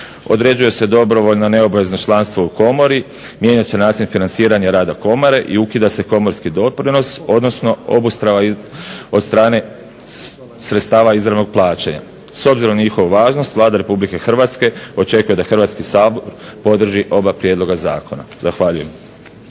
Određuje se dobrovoljno neobavezno članstvo u Komori. Mijenja se način financiranja rada Komore i ukida se komorski doprinos, odnosno obustava od strane sredstava izravnog plaćanja. S obzirom na njihovu važnost Vlada Republike Hrvatske očekuje da Hrvatski sabor podrži oba prijedloga zakona. Zahvaljujem.